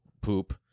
poop